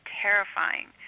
terrifying